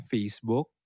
Facebook